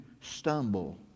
stumble